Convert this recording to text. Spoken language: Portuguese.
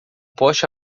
poste